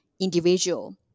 individual